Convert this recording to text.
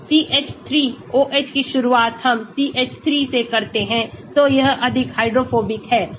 CH3 OH की शुरुआत हम CH3 से करते हैं तो यह अधिक हाइड्रोफोबिक है